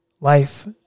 life